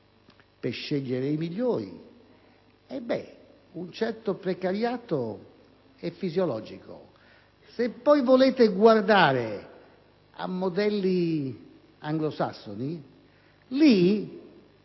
per scegliere i migliori, un certo precariato è fisiologico. Se poi volete guardare a modelli anglosassoni,